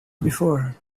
before